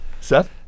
Seth